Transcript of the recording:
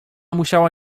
musiała